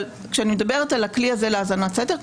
כשאני מדברת על הכלי הזה להאזנת סתר,